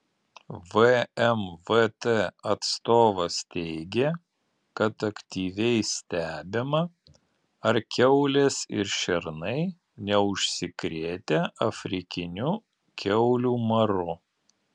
vmvt atstovas teigė kad aktyviai stebima ar kiaulės ir šernai neužsikrėtę afrikiniu kiaulių maru